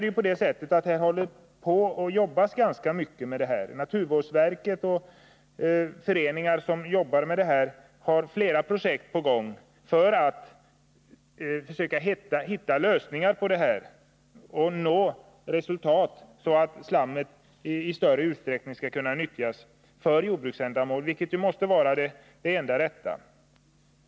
Det jobbas ganska mycket med denna fråga. Naturvårdsverket och olika organ har flera projekt på gång för att försöka hitta lösningar på problemet och nå resultat, så att slammet i större utsträckning skall kunna nyttjas för jordbruksändamål, vilket ju måste vara det enda rätta.